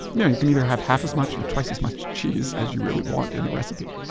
yeah you can either have half as much or twice as much cheese as you really want in the recipe.